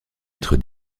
être